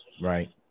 right